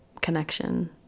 connection